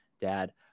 Dad